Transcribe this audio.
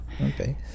okay